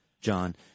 John